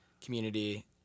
community